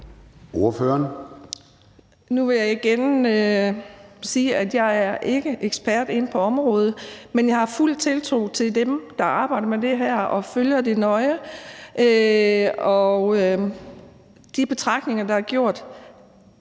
Nu vil jeg igen sige, at jeg ikke er ekspert inden for området, men jeg har fuld tiltro til dem, der arbejder med det her og følger det nøje, og de betragtninger, der er gjort,